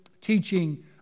teaching